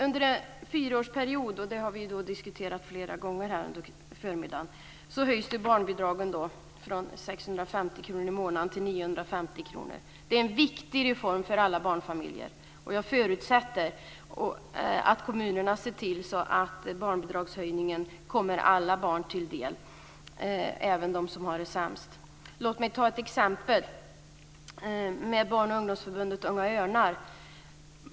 Under en fyraårsperiod - vi har diskuterat detta flera gånger under förmiddagen Det är en viktig reform för alla barnfamiljer. Jag förutsätter att kommunerna ser till att barnbidragshöjningen kommer alla barn till del, även de som har det sämst. Låt mig ta ett exempel med barn och ungdomsförbundet Unga Örnar.